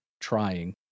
trying